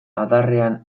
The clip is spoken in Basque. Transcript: adarrean